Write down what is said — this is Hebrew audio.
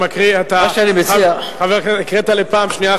מה שאני מציע, הקראת פעם שנייה.